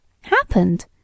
Happened